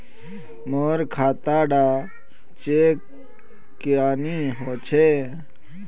मोर खाता डा चेक क्यानी होचए?